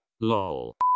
LOL